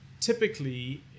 typically